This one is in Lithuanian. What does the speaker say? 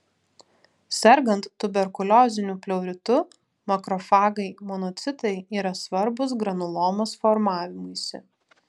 sergant tuberkulioziniu pleuritu makrofagai monocitai yra svarbūs granulomos formavimuisi